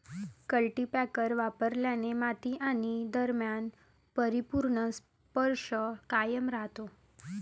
cultipacker वापरल्याने माती आणि दरम्यान परिपूर्ण स्पर्श कायम राहतो